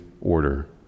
order